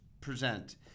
present